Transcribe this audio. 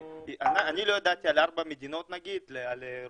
אני לא ידעתי על ארבע המדינות רואנדה,